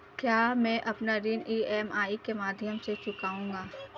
क्या मैं अपना ऋण ई.एम.आई के माध्यम से चुकाऊंगा?